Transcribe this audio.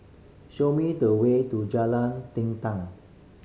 show me the way to Jalan